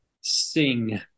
sing